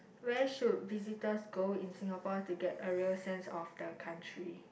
where should visitors go in Singapore have to get a real sense of the country